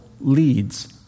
leads